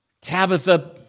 Tabitha